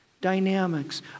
dynamics